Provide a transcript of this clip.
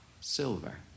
silver